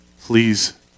please